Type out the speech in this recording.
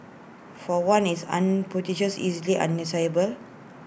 for one it's ubiquitous easily an